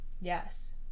Yes